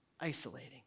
isolating